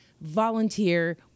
volunteer